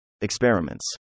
Experiments